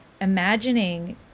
imagining